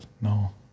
No